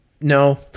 no